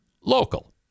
local